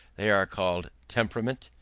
they are called temperament,